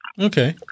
Okay